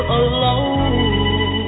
alone